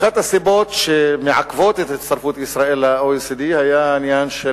אחת הסיבות שמעכבות את הצטרפות ישראל ל-OECD היא העניין של